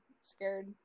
scared